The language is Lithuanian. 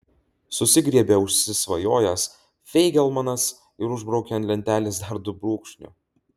susigriebė užsisvajojęs feigelmanas ir užbraukė ant lentelės dar du brūkšniu